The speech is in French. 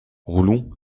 roulon